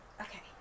Okay